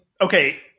okay